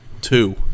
Two